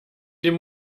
dem